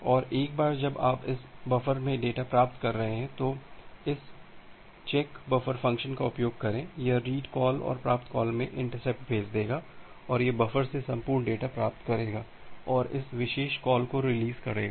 और एक बार जब आप इस बफ़र में एक डेटा प्राप्त कर रहे हैं तो इस चेक बफ़र फ़ंक्शन का उपयोग करें यह रीड कॉल और प्राप्त कॉल में इंटरप्ट भेज देगा और यह बफ़र से संपूर्ण डेटा प्राप्त करेगा और इस विशेष कॉल को रिलीज़ करेगा